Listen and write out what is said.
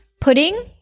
pudding